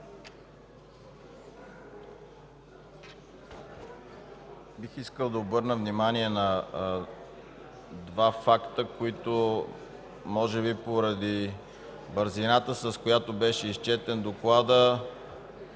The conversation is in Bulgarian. Бих искал да обърна внимание на два факта, които може би поради бързината, с която беше изчетен докладът,